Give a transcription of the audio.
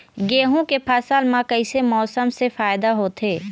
गेहूं के फसल म कइसे मौसम से फायदा होथे?